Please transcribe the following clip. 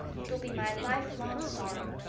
it will be my lifelong sorrow.